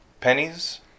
pennies